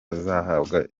azahabwa